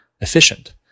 efficient